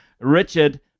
Richard